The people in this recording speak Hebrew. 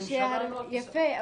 הממשלה לא תוכל --- יפה,